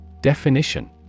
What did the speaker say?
Definition